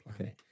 okay